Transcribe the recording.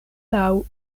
laŭ